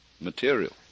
material